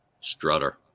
Strutter